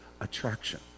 attraction